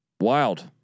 wild